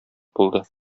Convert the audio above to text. булды